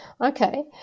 Okay